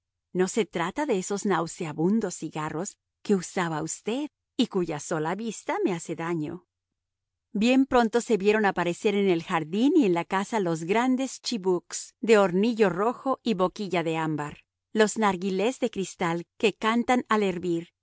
no se trata de esos nauseabundos cigarros que usaba usted y cuya sola vista me hace daño bien pronto se vieron aparecer en el jardín y en la casa los grandes chibuks de hornillo rojo y boquilla de ámbar los narghilés de cristal que cantan al hervir